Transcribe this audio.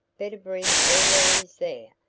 better bring all there is there,